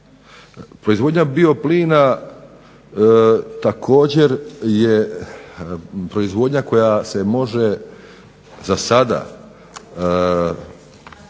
Proizvodnja bio plina također je proizvodnja koja se može za sada